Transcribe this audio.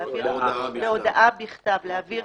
בהודעה בכתב, להעביר